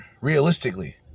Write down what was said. realistically